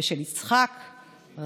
ושל יצחק רבין,